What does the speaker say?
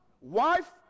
wife